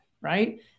right